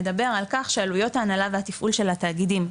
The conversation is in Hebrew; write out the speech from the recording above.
מדבר על כך שעלויות ההנהלה והתפעול של התאגידים גבוהות,